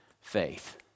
faith